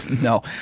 no